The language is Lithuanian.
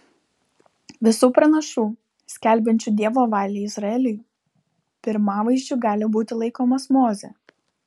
visų pranašų skelbiančių dievo valią izraeliui pirmavaizdžiu gali būti laikomas mozė